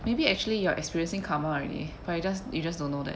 maybe actually you're experiencing karma already but you just you just don't know that